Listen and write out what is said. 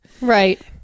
Right